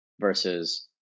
versus